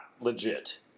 legit